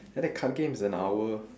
and the card game is an hour